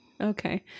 Okay